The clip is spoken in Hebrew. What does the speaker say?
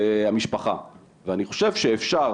המשפחה ואני חושב שאפשר,